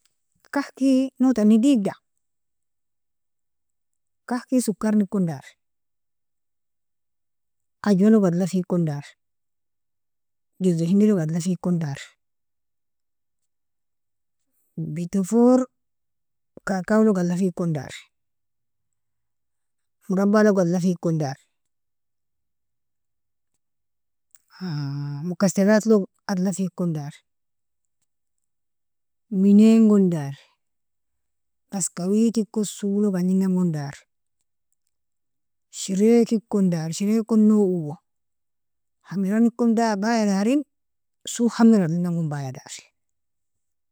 Kahki noatani digda, kahki sokarni kondar, ajwalog adlafi kondar, juz alhindilog adlafi kondar, bitefor kakawlog adlafi kondar, murabbalog adlafi kondar mukasteratlog adlafi kondar, minen gondar, baskawitiko swolog adling gondar, shireki kondar, shireki kondo owo hamiranikon baya darin swohamira adlina gon baya dar